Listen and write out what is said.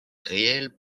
réels